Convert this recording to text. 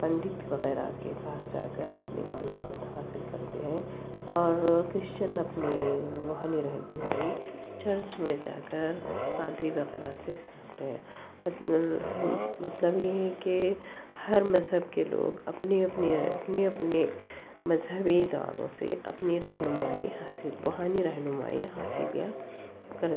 پنڈت وغیرہ کے پاس جا کر اپنی معلومات حاصل کرتے ہیں اور کرشچین اپنی روحانی رہنمائی چرچ میں جا کر پادری وغیرہ سے کرتے ہیں ہم مطلب یہ ہے کہ ہر مذہب کے لوگ اپنی اپنی رہ اپنی اپنی مذہبی اداروں سے اپنی رہنمائی حاصل روحانی رہنمائی حاصل یا کر